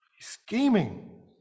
scheming